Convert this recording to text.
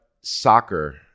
soccer